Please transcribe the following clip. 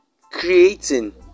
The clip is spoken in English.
creating